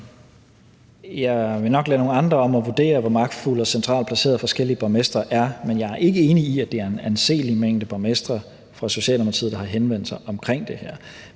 Jeg vil nok lade nogle andre om at vurdere, hvor magtfulde og centralt placerede forskellige borgmestre er, men jeg er ikke enig i, at det er et anseligt antal borgmestre fra Socialdemokratiet, der har henvendt sig omkring det her.